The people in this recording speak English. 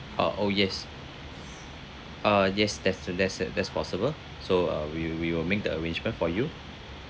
uh oh yes uh yes that's the that's that's possible so uh we will we will make the arrangement for you